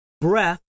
breath